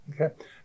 Okay